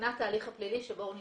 מבחינת ההליך הפלילי שבו הוא נמצא.